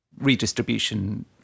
redistribution